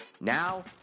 Now